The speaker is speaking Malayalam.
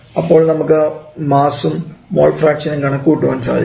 അപ്പോൾ നമുക്ക് മാസും മോൾ ഫ്രാക്ഷനും കണക്കുകൂട്ടാൻ സാധിക്കും